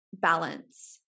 Balance